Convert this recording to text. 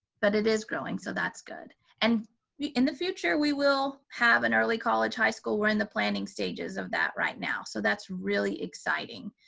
but it is growing, so that's good, and in the future, we will have an early college high school. we're in the planning stages of that right now, so that's really exciting.